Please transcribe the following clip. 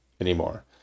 anymore